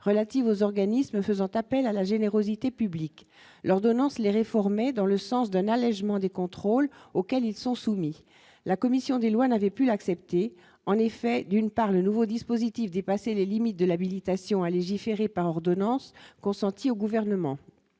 relative aux organismes faisant appel à la générosité publique l'ordonnance les réformer dans le sens d'un allégement des contrôles auxquels ils sont soumis à la commission des lois n'avait pu accepter, en effet, d'une part, le nouveau dispositif, dépassé les limites de l'habilitation à légiférer par ordonnance consenti au gouvernement,